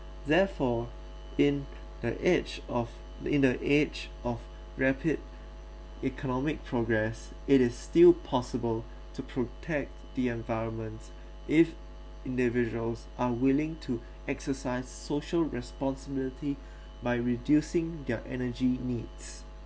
therefore in the age of the in the age of rapid economic progress it is still possible to protect the environment if individuals are willing to exercise social responsibility by reducing their energy needs